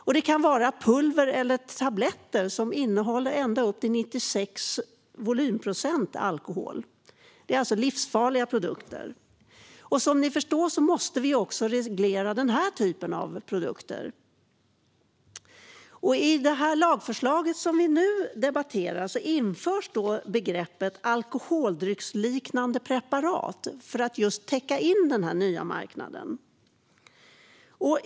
Och det kan vara pulver eller tabletter som innehåller ända upp till 96 volymprocent alkohol. Det är alltså livsfarliga produkter. Som ni förstår måste vi också reglera denna typ av produkter. I det lagförslag vi nu debatterar införs begreppet "alkoholdrycksliknande preparat" just för att täcka in denna nya marknad.